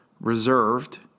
reserved